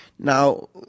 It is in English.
Now